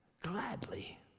Gladly